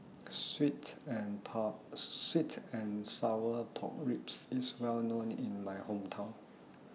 Sweet and Sour Pork Ribs IS Well known in My Hometown